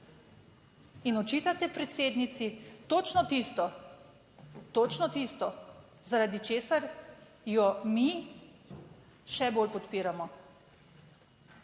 in očitate predsednici točno tisto, točno tisto zaradi česar jo mi še bolj podpiramo.